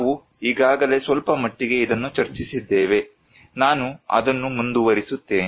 ನಾವು ಈಗಾಗಲೇ ಸ್ವಲ್ಪ ಮಟ್ಟಿಗೆ ಇದನ್ನು ಚರ್ಚಿಸಿದ್ದೇವೆ ನಾನು ಅದನ್ನು ಮುಂದುವರಿಸುತ್ತೇನೆ